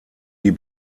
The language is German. die